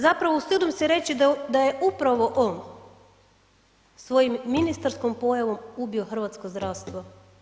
Zapravo, usudim se reći da je upravo on svojom ministarskom pojavom ubio hrvatsko zdravstvo.